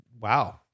Wow